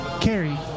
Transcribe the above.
Carrie